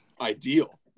ideal